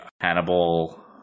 Hannibal